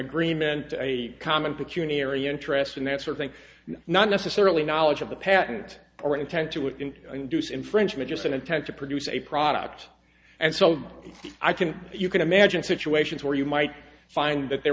agreement to a common security area interests and that's one thing not necessarily knowledge of the patent or an intent to induce infringement just an attempt to produce a product and so i can you can imagine situations where you might find that there